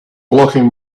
blocking